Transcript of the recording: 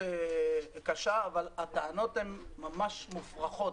בהתבטאות קשה אבל הטענות הן ממש מופרכות.